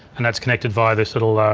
and that's connected via this little,